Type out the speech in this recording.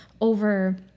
over